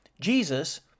Jesus